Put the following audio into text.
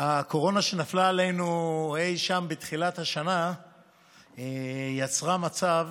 הקורונה שנפלה עלינו אי שם בתחילת השנה יצרה מצב